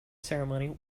ceremony